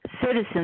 citizens